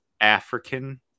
African